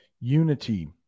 unity